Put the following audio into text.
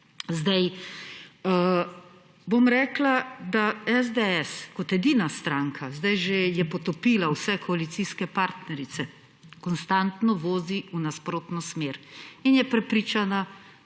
Bom rekla, da SDS kot edina stranka je zdaj že potopila vse koalicijske partnerice, konstantno vozi v nasprotno smer in je prepričana,